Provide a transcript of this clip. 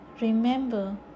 remember